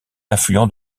affluent